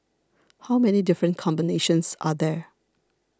how many different combinations are there